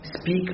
speak